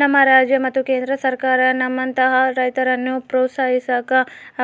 ನಮ್ಮ ರಾಜ್ಯ ಮತ್ತು ಕೇಂದ್ರ ಸರ್ಕಾರ ನಮ್ಮಂತಹ ರೈತರನ್ನು ಪ್ರೋತ್ಸಾಹಿಸಾಕ